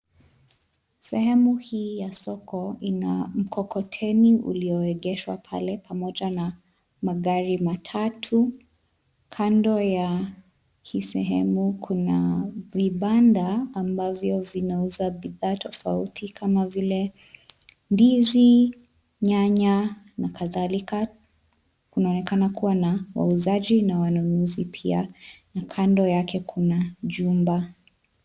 Sehemu hii ya soko ina mkokoteni ulioegeshwa pale pamoja na magari matatu. Kando ya hii sehemu kuna vibanda ambavyo vinauza bidhaa tofauti kama vile ndizi, nyanya na kadhalika. Kunaonekana kuwa na wauzaji na wanunuzi pia na kando yake kuna jumba.